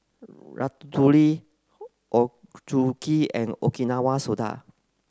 Ratatouille Ochazuke and Okinawa Soda